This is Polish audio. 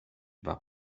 dwa